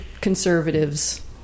conservatives